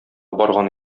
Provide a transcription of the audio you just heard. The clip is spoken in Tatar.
барган